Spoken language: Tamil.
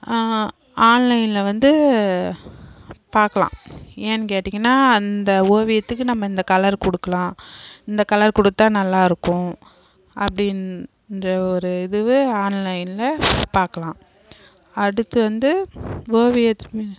ஆன்லைனில் வந்து பார்க்லாம் ஏன்னு கேட்டிங்கன்னா அந்த ஓவியத்துக்கு நம்ம இந்த கலர் கொடுக்கலாம் இந்த கலர் கொடுத்தா நல்லா இருக்கும் அப்படின்ற ஒரு இதுவு ஆன்லைனில் பார்க்லாம் அடுத்து வந்து ஓவியத்து மேலே